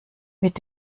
mit